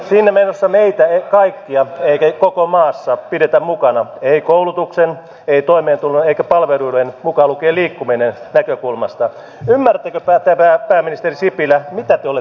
siinä menossa meitä kaikkia eli koko maassa pidetä mukana ei koulutukseen ei toimeentulon eikä palveluiden muka lukeliikkuminen näkökulmasta demarit päättävät pääministeri sipilä mitä tuli